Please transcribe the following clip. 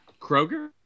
Kroger